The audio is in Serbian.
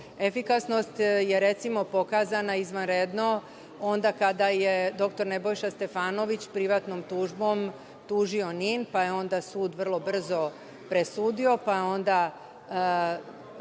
Efikasnost je, recimo, pokazana izvanredno onda kada je dr Nebojša Stefanović privatnom tužbom tužio NIN, pa je onda sud vrlo brzo presudio, pa je onda